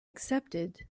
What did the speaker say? accepted